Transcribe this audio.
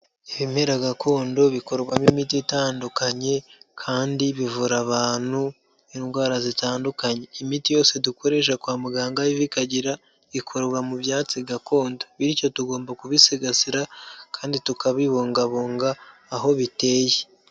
Ibimera gakondo bikorwamo imiti itandukanye, kandi bivura abantu indwara zitandukanye, imiti yose dukoresha kwa muganga aho iva ikagera, ikorwa mu byatsi gakondo, bityo tugomba kubisigasira kandi tukabibungabunga aho biteye.